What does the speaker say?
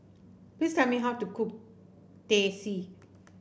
please tell me how to cook Teh C